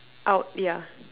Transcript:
out yeah